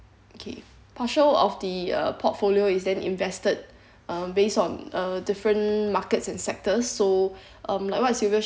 okay partial of the uh portfolio is an invested um based on uh different markets and sectors so um like what sylvia